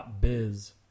.biz